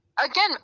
Again